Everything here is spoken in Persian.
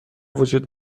وجود